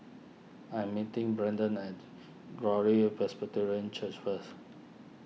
I am meeting Brendon at Glory Presbyterian Church first